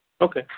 Okay